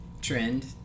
trend